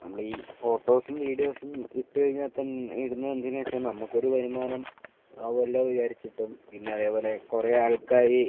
നമ്മൾ ഈ ഫോട്ടോസും വീഡിയോസും ഇട്ടു കഴിഞ്ഞാൽ തന്നെ ഇടുന്നത് എന്തിനാണെന്ന് വച്ചാൽ നമുക്ക് ഒരു വരുമാനം ആവുമല്ലോ വിചാരിച്ചിട്ടും പിന്നെ അതേപോലെ കുറേ ആൾക്കാർ